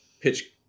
pitch